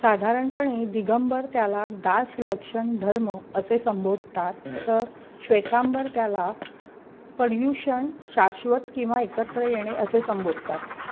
साधारणपणे दिगंबर त्याला दास लक्षण धर्म असे संबोधतात तर श्वेतांबर त्याला पर्युषण शाश्वत किंवा एकत्र येणे असे संबोधतात